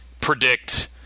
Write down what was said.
predict